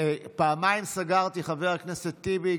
פעמיים סגרתי, חבר הכנסת טיבי.